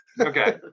Okay